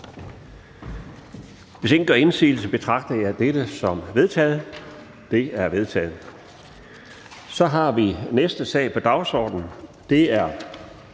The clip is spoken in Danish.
Hvis ingen gør indsigelse, betragter jeg dette som vedtaget. Det er vedtaget. --- Det næste punkt på dagsordenen er: